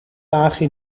dagen